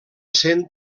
cent